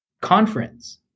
conference